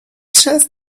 just